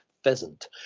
pheasant